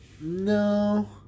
no